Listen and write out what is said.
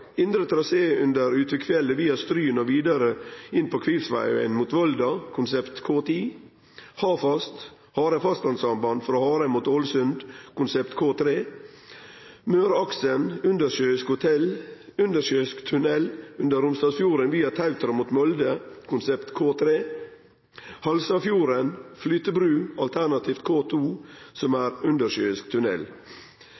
Indre trasé under Utvikfjellet via Stryn og vidare inn på Kvivsvegen mot Volda, konsept K10, Hafast, Hareid fastlandssamband frå Hareid mot Ålesund, konsept K3, Møreaksen, undersjøisk tunnel under Romsdalsfjorden via Tautra mot Molde, konsept K3, Halsafjorden, flytebru, alternativt K2, som